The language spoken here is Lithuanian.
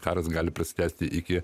karas gali prasitęsti iki